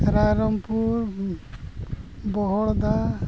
Rairangpur ᱵᱚᱦᱚᱲᱫᱟ